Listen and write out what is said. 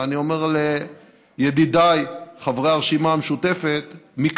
ואני אומר לידידיי חברי הרשימה המשותפת: מי